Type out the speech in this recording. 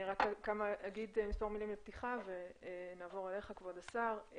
אני אגיד כמה מילות פתיחה ונעבור אליך כבוד השר.